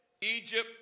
Egypt